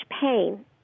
pain